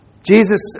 Jesus